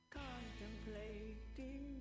contemplating